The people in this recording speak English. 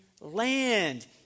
land